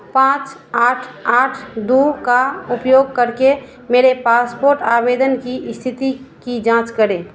पाँच आठ आठ दो का उपयोग करके मेरे पासपोर्ट आवेदन की स्थिति की जाँच करें